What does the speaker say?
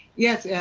yes, yeah